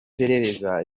perereza